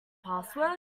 password